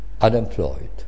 unemployed